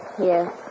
Yes